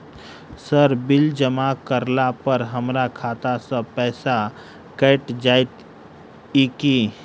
Sir bill जमा करला पर हमरा खाता सऽ पैसा कैट जाइत ई की?